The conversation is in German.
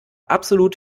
absolut